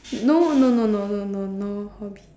no no no no no hobby